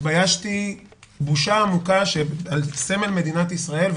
התביישתי בושה עמוקה שעל סמל מדינה ישראל,